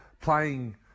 playing